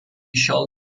šiol